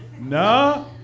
No